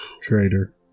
Traitor